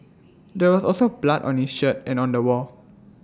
there was also blood on his shirt and on the wall